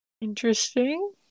Interesting